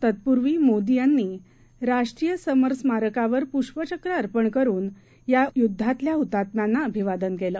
तत्पूर्वीमोदीयांनीराष्ट्रीयसमरस्मारकावरपुष्पचक्रअर्पणकरुनयायुद्धातल्याहुतात्म्यांनाअभिवादनकेलं